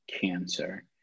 cancer